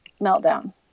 meltdown